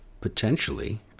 potentially